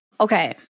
Okay